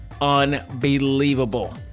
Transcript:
unbelievable